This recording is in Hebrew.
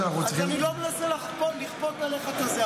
אז אני לא מנסה לכפות עליך את זה,